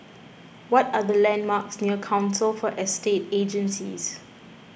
what are the landmarks near Council for Estate Agencies